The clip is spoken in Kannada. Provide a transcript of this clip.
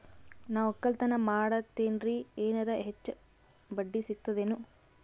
ನಾ ಒಕ್ಕಲತನ ಮಾಡತೆನ್ರಿ ಎನೆರ ಹೆಚ್ಚ ಬಡ್ಡಿ ಸಿಗತದೇನು?